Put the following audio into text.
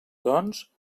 doncs